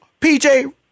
PJ